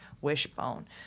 wishbone